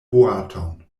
boaton